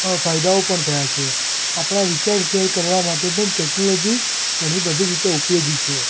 અ ફાયદાઓ પણ થયા છે આપણા વિચાર શેર કરવા માટે પણ ટૅક્નોલોજી ઘણી બધી રીતે ઉપયોગી છે